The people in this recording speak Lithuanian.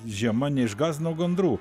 žiema neišgąsdino gandrų